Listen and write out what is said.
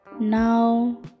Now